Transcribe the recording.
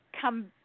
come